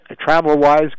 Travel-wise